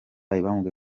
abimenyesha